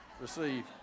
receive